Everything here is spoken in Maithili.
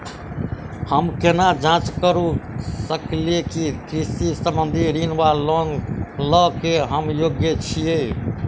हम केना जाँच करऽ सकलिये की कृषि संबंधी ऋण वा लोन लय केँ हम योग्य छीयै?